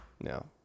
No